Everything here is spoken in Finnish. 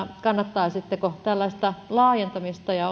kannattaisitteko tällaista laajentamista ja